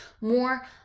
more